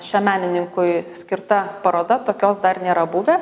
šiam menininkui skirta paroda tokios dar nėra buvę